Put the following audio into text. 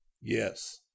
Yes